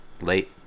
Late